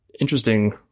interesting